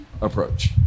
approach